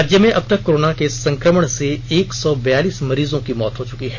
राज्य में अबतक कोरोना के संक्रमण से एक सौ ब्यालीस मरीजों की मौत हो चुकी हैं